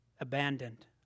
Abandoned